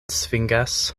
svingas